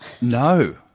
No